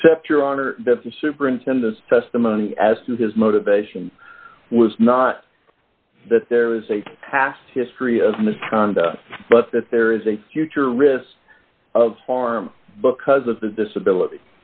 except your honor the superintendent's testimony as to his motivation was not that there is a past history of misconduct but that there is a future risk of harm because of the disability